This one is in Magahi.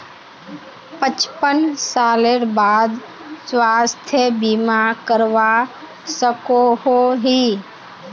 पचपन सालेर बाद स्वास्थ्य बीमा करवा सकोहो ही?